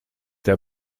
der